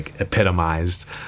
epitomized